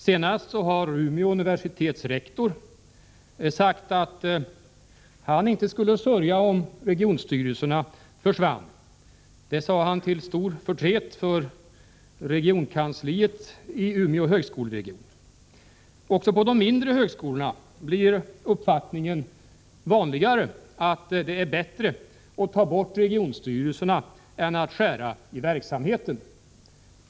Senast har Umeå universitets rektor sagt att han inte skulle sörja om regionstyrelserna försvann. Det sade han till stor förtret för regionkansliet i Umeå högskoleregion. Också på de mindre högskolorna blir uppfattningen vanligare att det är bättre att ta bort regionstyrelserna än att skära i budgeten.